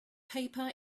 paper